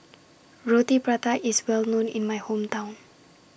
Roti Prata IS Well known in My Hometown